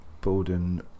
Borden